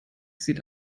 sieht